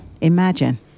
Imagine